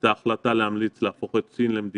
הייתה החלטה להמליץ להפוך את סין למדינה